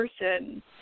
person